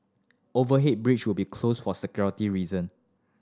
overhead bridge will be closed for security reason